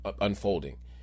unfolding